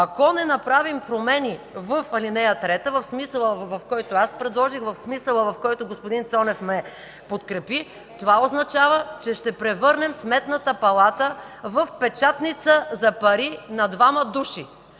ако не направим промени в ал. 3 в смисъла, в който аз предложих, в смисъла, в който господин Цонев ме подкрепи, това означава, че ще превърнем Сметната палата в печатница за пари на двама души,